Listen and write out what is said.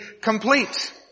complete